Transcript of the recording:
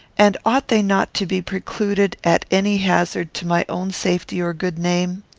and ought they not to be precluded at any hazard to my own safety or good name?